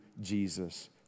Jesus